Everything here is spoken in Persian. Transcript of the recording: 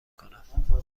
کنم